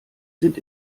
sind